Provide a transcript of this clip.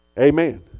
Amen